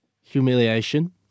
Humiliation